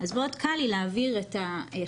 אז מאוד קל לי להעביר את החוק,